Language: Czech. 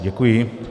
Děkuji.